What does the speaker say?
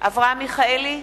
אברהם מיכאלי,